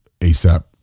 ASAP